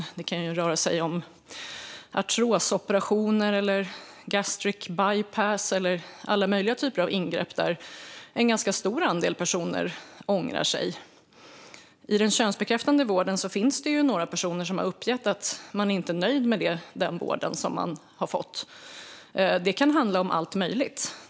Det kan röra sig om artrosoperationer, gastric bypass eller alla möjliga typer av ingrepp där en ganska stor andel personer ångrar sig. När det gäller den könsbekräftande vården finns det några personer som har uppgett att de inte är nöjda med den vård de har fått. Det kan handla om allt möjligt.